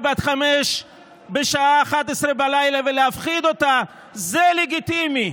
בת חמש בשעה 23:00 ולהפחיד אותה זה לגיטימי.